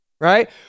right